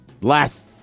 Last